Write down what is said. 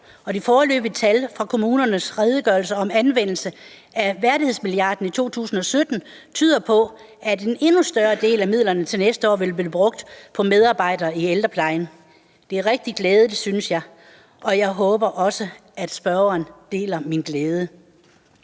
de foreløbige tal fra kommunernes redegørelse om anvendelse af værdighedsmilliarden i 2017 tyder på, at en endnu større del af midlerne til næste år vil blive brugt på medarbejdere i ældreplejen. Det er rigtig glædeligt, synes jeg, og jeg håber også, at spørgeren deler min glæde.